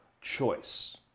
choice